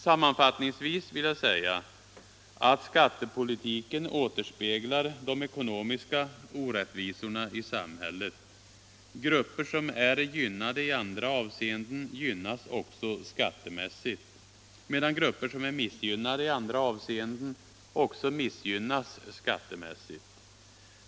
Sammanfattningsvis vill jag säga att skattepolitiken återspeglar de ekonomiska orättvisorna i samhället. Grupper som är gynnade i andra avseenden gynnas också skattemässigt, medan grupper som är missgynnade i andra avseenden missgynnas också skattemässigt.